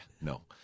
no